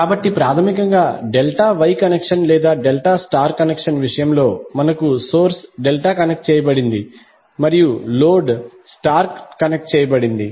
కాబట్టి ప్రాథమికంగా delta Y connection లేదా డెల్టా స్టార్ కనెక్షన్ విషయంలో మనకు సోర్స్ డెల్టా కనెక్ట్ చేయబడింది మరియు లోడ్ స్టార్ కనెక్ట్ చేయబడింది